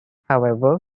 however